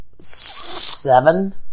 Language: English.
Seven